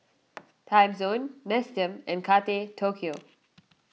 Timezone Nestum and Kate Tokyo